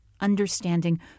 Understanding